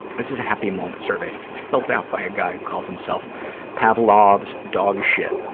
this is a happy moment survey filled out by a guy who calls himself pavlov's dog shit.